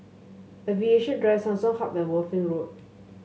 Aviation Drive Samsung Hub and Worthing Road